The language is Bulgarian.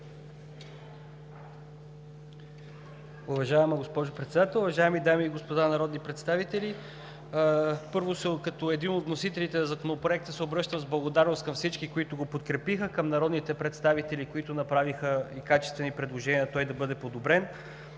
Уважаема госпожо Председател, уважаеми дами и господа народни представители! Първо, като един от вносителите на Законопроекта се обръщам с благодарност към всички, които го подкрепиха, към народните представители, които направиха качествени предложния, за да бъде подобрен,